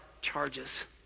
charges